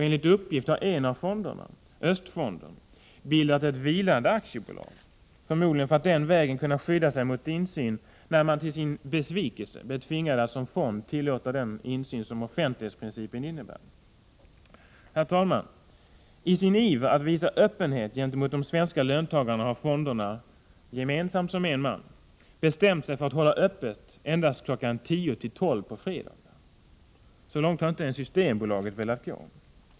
Enligt uppgift har en av fonderna — Östfonden — bildat ett vilande aktiebolag, förmodligen för att den vägen kunna skydda sig mot insyn, när man till sin besvikelse blev tvingad att som fond tillåta den insyn som offentlighetsprincipen innebär. Herr talman! I sin iver att visa öppenhet gentemot de svenska löntagarna har fonderna — gemensamt, som en man — bestämt sig för att hålla öppet endast kl. 10-12 på fredagar. Så långt har inte ens Systembolaget velat gå.